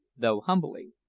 though humbly,